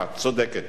צודקת יותר,